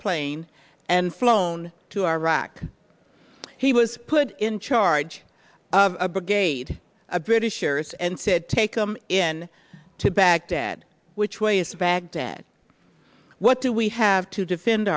plane and flown to iraq he was put in charge of a brigade of britishers and said take them in to baghdad which way is baghdad what do we have to defend